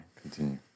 continue